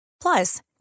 Plus